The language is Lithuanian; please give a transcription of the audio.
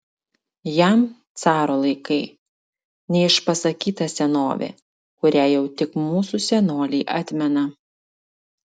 jam caro laikai neišpasakyta senovė kurią jau tik mūsų senoliai atmena